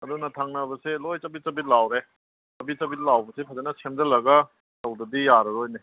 ꯑꯗꯨꯅ ꯊꯪꯅꯕꯁꯦ ꯂꯣꯏ ꯆꯕꯤꯠ ꯆꯕꯤꯠ ꯂꯥꯎꯔꯦ ꯆꯕꯤꯠ ꯆꯕꯤꯠ ꯂꯥꯎꯕꯁꯦ ꯐꯖꯅ ꯁꯦꯝꯖꯤꯜꯂꯒ ꯇꯧꯗ꯭ꯔꯗꯤ ꯌꯥꯔꯔꯣꯏꯅꯦ